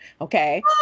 Okay